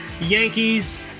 Yankees